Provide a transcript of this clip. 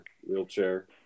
wheelchair